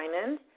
diamond